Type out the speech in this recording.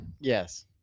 Yes